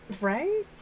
Right